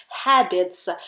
habits